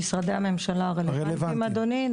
משרדי הממשלה הרלוונטיים אדוני.